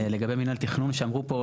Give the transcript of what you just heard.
לגבי מינהל תכנון שאמרו פה,